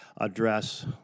address